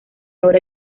ahora